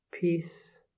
peace